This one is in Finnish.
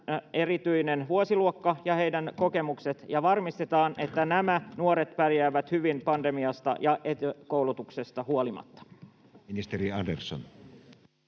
erityinen vuosiluokka ja heidän kokemuksensa ja varmistetaan, että nämä nuoret pärjäävät hyvin pandemiasta ja etäkoulutuksesta huolimatta? Ministeri Andersson.